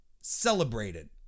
celebrated